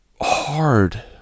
hard